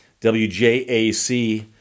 WJAC